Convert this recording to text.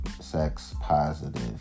sex-positive